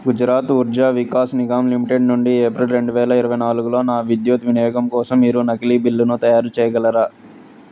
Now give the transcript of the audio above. Gujarat Urja Vikas Nigam limited నుండి April రెండు వేల ఇరవై నాలుగులో నా విద్యుత్ వినియోగం కోసం మీరు నకిలీ బిల్లును తయారు చేయగలరా